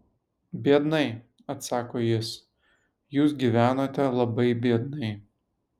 biednai atsako jis jūs gyvenote labai biednai